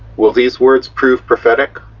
will these words prove prophetic?